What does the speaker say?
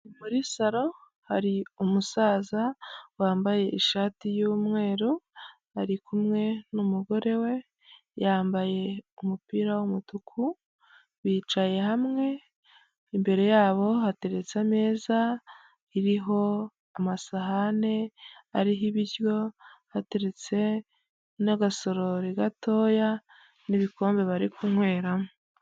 Muri saro hari umusaza wambaye ishati y'umweru ari kumwe n'umugore we yambaye umupira w'umutuku bicaye hamwe, imbere yabo hateretse ameza iriho amasahani ariho ibiryo hateretse n'agasororori gatoya n'ibikombe bari kunyweramo.